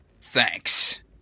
thanks